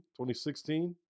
2016